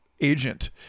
agent